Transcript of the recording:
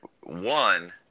One